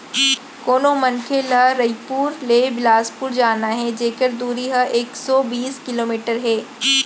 कोनो मनखे ल रइपुर ले बेलासपुर जाना हे जेकर दूरी ह एक सौ बीस किलोमीटर हे